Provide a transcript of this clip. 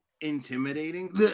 intimidating